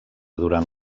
durant